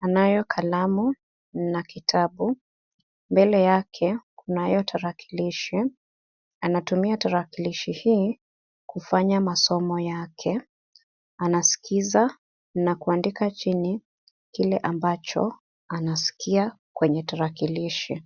anayo kalamu na kitabu. Mbele yake kunayo tarakilishi, anatumia tarakilishi hii kufanya masomo yake. Anaskiza na kuandika chini kile ambacho anaskia kwenye tarakilishi.